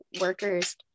workers